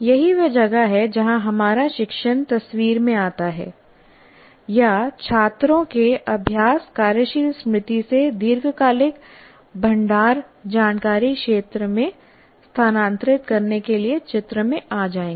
यही वह जगह है जहां हमारा शिक्षण तस्वीर में आता है या छात्रों के अभ्यास कार्यशील स्मृति से दीर्घकालिक भंडारणजानकारी क्षेत्र में स्थानांतरित करने के लिए चित्र में आ जाएंगे